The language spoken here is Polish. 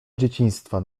dzieciństwa